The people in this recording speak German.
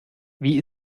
wie